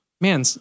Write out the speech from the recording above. Man